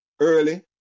early